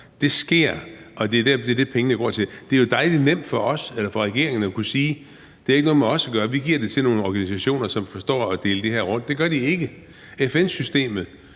Det sker, og det er det, pengene går til. Det er jo dejlig nemt for regeringen at kunne sige, at det ikke har noget med os at gøre, og at vi giver det til nogle organisationer, som forstår at fordele det her rundt. Det gør de ikke. FN-systemet